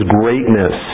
greatness